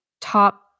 top